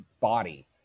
body